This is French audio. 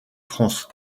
france